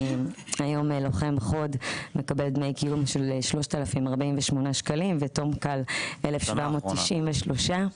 היום לוחם חוד מקבל דמי קיום של 3,048 שקלים ותומך לחימה 1,793 שקלים.